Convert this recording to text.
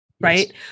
right